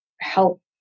help